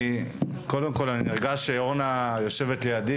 חשוב לדעת,